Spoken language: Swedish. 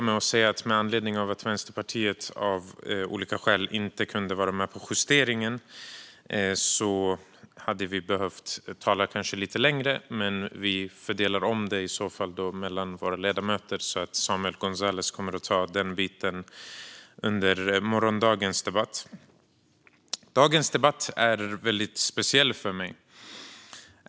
Med anledning av att vi i Vänsterpartiet av olika skäl inte kunde vara med på justeringen hade vi kanske behövt tala lite längre, men vi fördelar om det mellan våra ledamöter. Samuel Gonzalez Westling kommer att ta den biten under morgondagens debatt. Dagens debatt är väldigt speciell för mig.